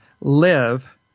live